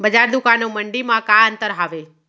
बजार, दुकान अऊ मंडी मा का अंतर हावे?